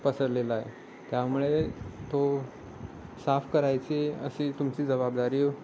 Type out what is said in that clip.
पसरलेला आहे त्यामुळे तो साफ करायची अशी तुमची जबाबदारी